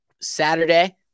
Saturday